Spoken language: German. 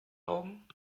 augen